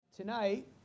Tonight